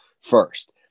first